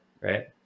right